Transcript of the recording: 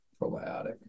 probiotic